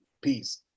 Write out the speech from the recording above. peace